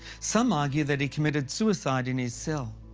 some argue that he committed suicide in his cell.